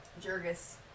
Jurgis